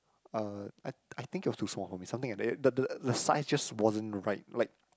uh I I think it was too small for me something like that the the the size just wasn't right like